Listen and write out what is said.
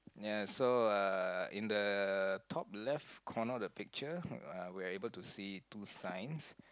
ya so uh in the top left corner of the picture uh we are able to see two signs